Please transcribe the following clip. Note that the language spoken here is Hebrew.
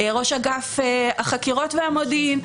ראש אגף החקירות והמודיעין,